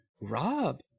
Rob